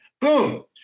Boom